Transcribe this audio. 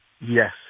Yes